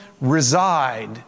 reside